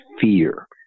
fear